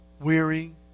weary